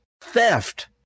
theft